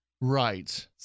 right